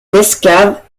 descaves